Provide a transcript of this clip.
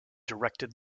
directed